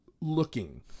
looking